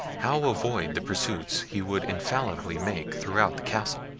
how avoid the pursuit he would infallibly make throughout the castle?